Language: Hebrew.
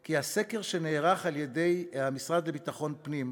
כי הסקר שנערך על-ידי המשרד לביטחון פנים,